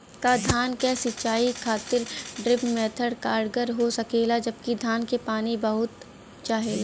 का धान क सिंचाई खातिर ड्रिप मेथड कारगर हो सकेला जबकि धान के पानी बहुत चाहेला?